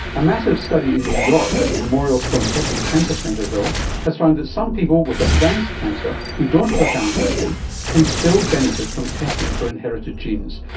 a massive study in new york at the memorial sloan kettering cancer centre though has found that some people with advanced cancer who don't have a family history can still benefit from testing for inherited genes.